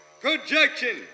Projection